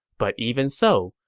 but even so,